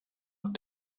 noch